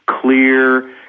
clear